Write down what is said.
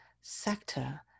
sector